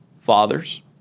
Fathers